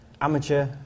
amateur